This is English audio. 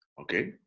Okay